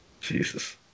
Jesus